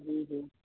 جی جی